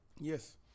yes